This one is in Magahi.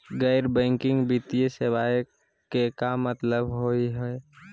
गैर बैंकिंग वित्तीय सेवाएं के का मतलब होई हे?